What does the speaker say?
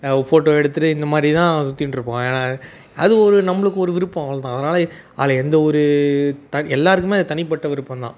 photo எடுத்துட்டு இந்த மாதிரி தான் சுத்திட்ருப்போம் ஏன்னா அது ஒரு நம்மளுக்கு ஒரு விருப்பம் அவ்வளோ தான் அதனால் அதில் எந்த ஒரு எல்லோருக்குமே அது தனிப்பட்ட விருப்பம் தான்